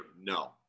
No